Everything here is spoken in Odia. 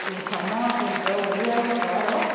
ଓ ସମୟ ସହିତ ଓଡ଼ିଆ ଭାଷାର